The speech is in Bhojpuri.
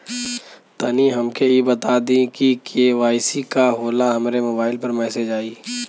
तनि हमके इ बता दीं की के.वाइ.सी का होला हमरे मोबाइल पर मैसेज आई?